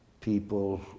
people